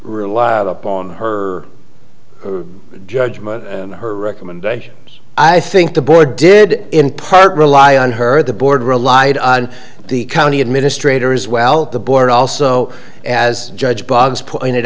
board up on her judgment and her recommendations i think the board did in part rely on her the board relied on the county administrator as well the board also as judge boggs pointed